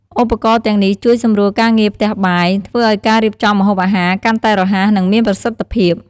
ឧបករណ៍ទាំងនេះជួយសម្រួលការងារផ្ទះបាយ ធ្វើឲ្យការរៀបចំម្ហូបអាហារកាន់តែរហ័ស និងមានប្រសិទ្ធភាព។